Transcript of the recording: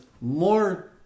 more